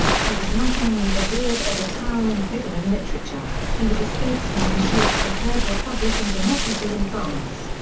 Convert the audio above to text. he was not only revered as a towering figure in literature, he was a statesman who shaped the third republic and democracy in france.